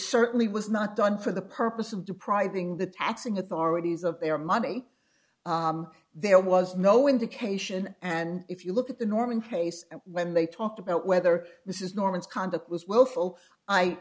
certainly was not done for the purpose of depriving the taxing authorities of their money there was no indication and if you look at the norman face when they talked about whether this is norman's conduct was will